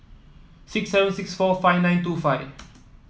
six seven six four five nine two five